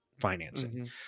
financing